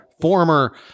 former